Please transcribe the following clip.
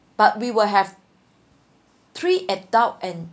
but we will have three adult and